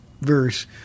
verse